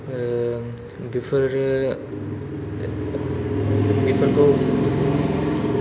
बेफोरो बेफोरखौ